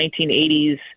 1980s